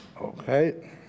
Okay